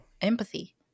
empathy